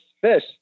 fish